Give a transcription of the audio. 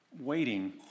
Waiting